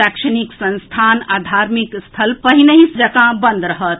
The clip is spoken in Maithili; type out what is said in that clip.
शैक्षणिक संस्थान आ धार्मिक स्थल पहिनहिं जकाँ बंद रहत